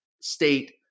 State